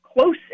close